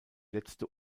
letzte